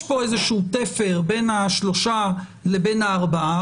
יש פה איזה שהוא תפר בין ה-3 לבין ה-4,